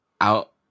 out